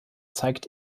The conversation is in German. zeigt